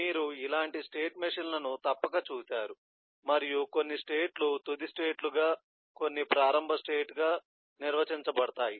మీరు ఇలాంటి స్టేట్ మెషీన్ల ను తప్పక చూసారు మరియు కొన్ని స్టేట్ లు తుది స్టేట్ లుగా కొన్ని ప్రారంభ స్టేట్ గా నిర్వచించబడతాయి